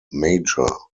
major